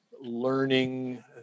learning